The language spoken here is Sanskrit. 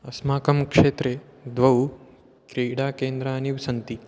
अस्माकं क्षेत्रे द्वौ क्रीडाकेन्द्राणि सन्ति